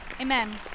amen